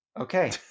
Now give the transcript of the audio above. Okay